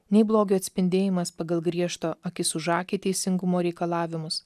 nei blogio atspindėjimas pagal griežto akis už akį teisingumo reikalavimus